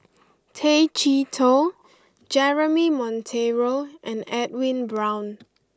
Tay Chee Toh Jeremy Monteiro and Edwin Brown